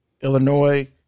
Illinois